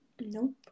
Nope